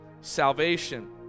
salvation